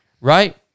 Right